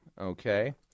Okay